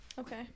Okay